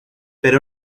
pero